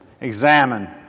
Examine